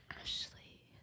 Ashley